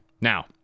Now